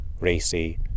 racy